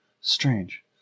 Strange